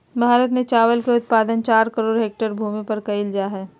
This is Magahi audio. भारत में चावल के उत्पादन चार करोड़ हेक्टेयर भूमि पर कइल जा हइ